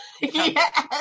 Yes